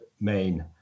main